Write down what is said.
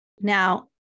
Now